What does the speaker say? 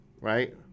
right